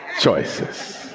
choices